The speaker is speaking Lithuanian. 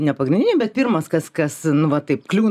ne pagrindinių bet pirmas kas kas nu va taip kliūna